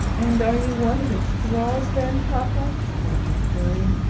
and are you one of its thralls then, papa faltered chlorine.